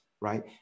right